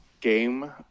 game